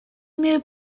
имею